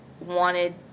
wanted